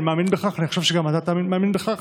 אני מאמין בכך ואני חושב שגם אתה מאמין בכך.